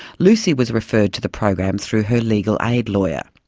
lucy was referred to the program through her legal aid lawyer.